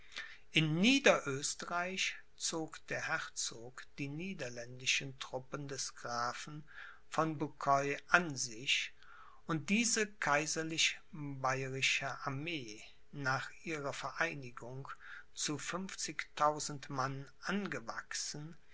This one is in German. in niederösterreich zog der herzog die niederländischen truppen des grafen von boucquoi an sich und diese kaiserlich bayerische armee nach ihrer vereinigung zu fünfzigtausend mann angewachsen